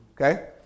Okay